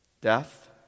death